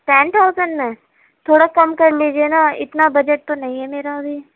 ten thousand میں تھوڑا کم کر لیجیے نہ اتنا بجٹ تو نہیں ہے میرا ابھی